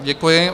Děkuji.